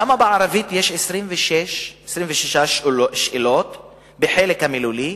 למה בערבית יש 26 שאלות בחלק המילולי,